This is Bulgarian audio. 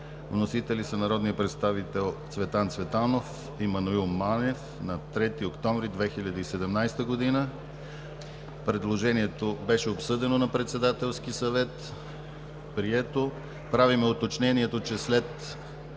Вносители са народните представители Цветан Цветанов и Маноил Манев, на 3 октомври 2017 г. Предложението беше обсъдено на Председателския съвет и прието. Правим уточнението, че след